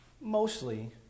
mostly